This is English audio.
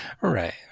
Right